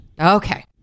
Okay